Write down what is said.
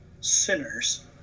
sinners